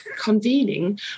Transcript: convening